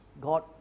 God